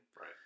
Right